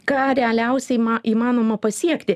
ką realiausiai įmanoma pasiekti